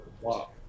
Wow